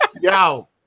Yo